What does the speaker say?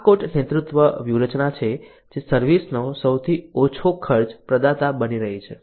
આ કોટ નેતૃત્વ વ્યૂહરચના છે જે સર્વિસ નો સૌથી ઓછો ખર્ચ પ્રદાતા બની રહી છે